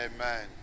Amen